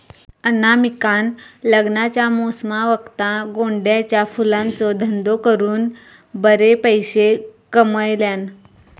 अनामिकान लग्नाच्या मोसमावक्ता गोंड्याच्या फुलांचो धंदो करून बरे पैशे कमयल्यान